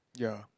ya